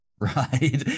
Right